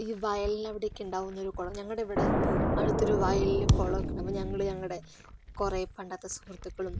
ഈ വയലിനവിടെയൊക്കെ ഉണ്ടാകുന്ന ഒരു കുളം ഞങ്ങളുടെ ഇവിടെ അടുത്തൊരു വയലിൽ കുളമൊക്കെ ഉണ്ട് അപ്പം ഞങ്ങൾ ഞങ്ങളുടെ കുറേ പണ്ടത്തെ സുഹൃത്തുക്കളും